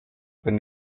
been